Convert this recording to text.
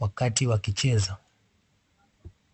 wakati wakicheza.